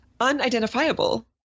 unidentifiable